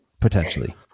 potentially